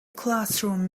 classroom